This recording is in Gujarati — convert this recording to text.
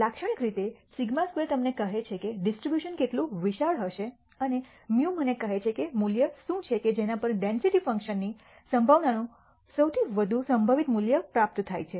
લાક્ષણિક રીતે σ2 તમને કહે છે કે ડિસ્ટ્રીબ્યુશન કેટલું વિશાળ હશે અને μ મને કહે છે કે મૂલ્ય શું છે કે જેના પર ડેન્સિટી ફંકશનની સંભાવનાનું સૌથી વધુ સંભવિત મૂલ્ય પ્રાપ્ત થાય છે